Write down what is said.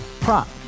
prop